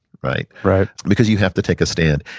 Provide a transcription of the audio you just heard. right? right because you have to take a stand.